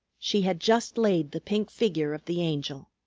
she had just laid the pink figure of the angel.